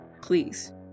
please